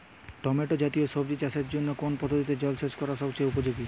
Tomato জাতীয় সবজি চাষের জন্য কোন পদ্ধতিতে জলসেচ করা সবচেয়ে উপযোগী?